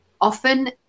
Often